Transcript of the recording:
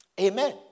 Amen